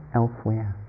elsewhere